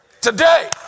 Today